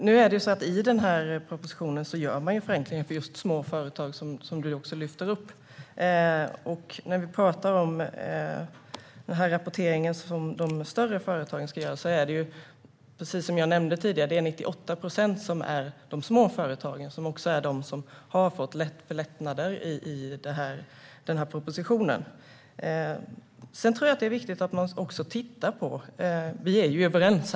Herr talman! I den här propositionen gör man ju förenklingar för just små företag, som Caroline Szyber lyfter upp. Vi talar om rapporteringen som de större företagen ska göra. Som jag nämnde tidigare är 98 procent av företagen små företag, som alltså har fått lättnader i den här propositionen. Vi är egentligen överens.